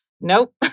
Nope